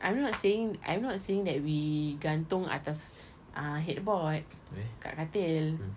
I'm not saying I'm not saying that we gantung atas ah headboard kat katil